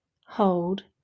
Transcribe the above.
hold